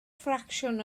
ffracsiwn